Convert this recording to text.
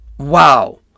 Wow